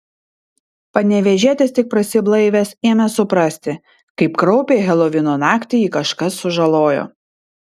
panevėžietis tik prasiblaivęs ėmė suprasti kaip kraupiai helovino naktį jį kažkas sužalojo